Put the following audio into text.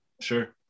sure